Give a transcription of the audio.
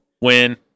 Win